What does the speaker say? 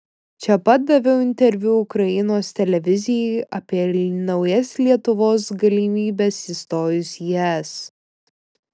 čia pat daviau interviu ukrainos televizijai apie naujas lietuvos galimybes įstojus į es